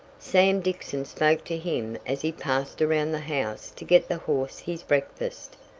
sam dixon spoke to him as he passed around the house to get the horse his breakfast.